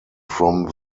from